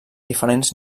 diferents